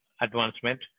advancement